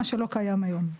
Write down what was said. מה שלא קיים היום.